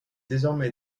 désormais